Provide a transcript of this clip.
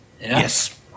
Yes